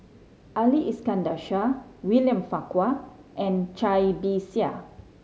Ali Iskandar Shah William Farquhar and Cai Bixia